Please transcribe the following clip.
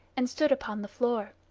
and stood upon the floor.